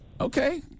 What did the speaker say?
Okay